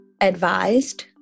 advised